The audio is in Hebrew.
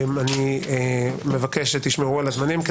אני מבקש שתשמרו על הזמנים,